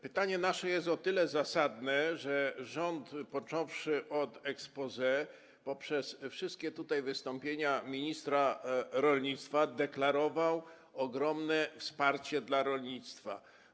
Pytanie nasze jest o tyle zasadne, że rząd, począwszy od exposé, poprzez wszystkie tutaj wystąpienia ministra rolnictwa, deklarował ogromne wsparcie dla rolnictwa.